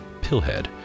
Pillhead